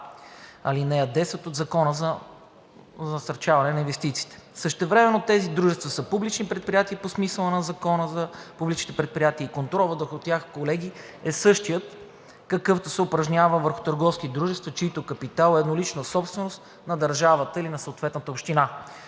ал. 10 от Закона за насърчаване на инвестициите. Същевременно тези дружества са публични предприятия по смисъла на Закона за публичните предприятия и контролът върху тях, колеги, е същият, какъвто се упражнява върху търговските дружества, чийто капитал е еднолична собственост на държавата или на съответната община.